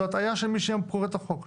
זה הטעיה של מי שקורא את החוק.